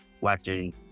watching